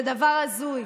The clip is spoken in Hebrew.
זה דבר הזוי.